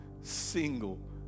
single